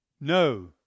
No